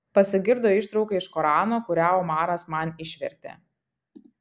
pasigirdo ištrauka iš korano kurią omaras man išvertė